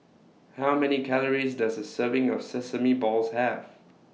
How Many Calories Does A Serving of Sesame Balls Have